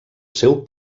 seu